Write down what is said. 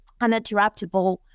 uninterruptible